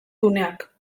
guneak